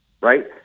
right